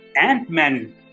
Ant-Man